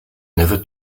never